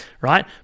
right